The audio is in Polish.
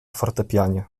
fortepianie